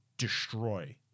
destroy